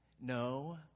No